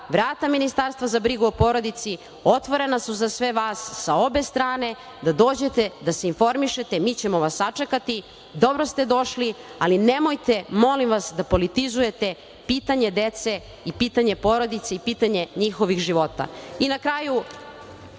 vrata Ministarstva za brigu o porodici otvorena su za sve vas sa obe strane, da dođete, da se informišete. Mi ćemo vas sačekati. Dobro ste došli, ali nemojte molim vas da politizujete pitanje dece i pitanje porodice i pitanje njihovih života. Na kraju